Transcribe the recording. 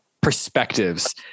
perspectives